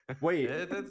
Wait